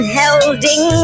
holding